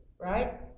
Right